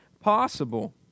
possible